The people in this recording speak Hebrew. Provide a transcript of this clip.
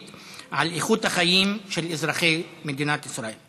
על איכות החיים של אזרחי מדינת ישראל.